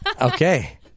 Okay